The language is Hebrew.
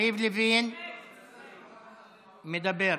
מדבר.